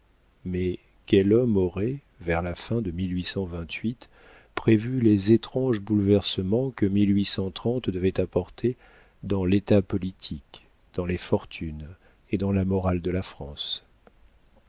mais quel homme aurait vers la fin de prévu les étranges bouleversements que devait apporter dans l'état politique dans les fortunes et dans la morale de la france